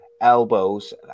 elbows